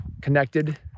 connected